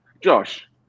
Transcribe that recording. Josh